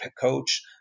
coach